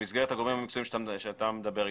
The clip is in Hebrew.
במסגרת הגורמים המקצועיים שאתה מדבר אתם,